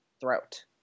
throat